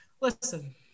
listen